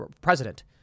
president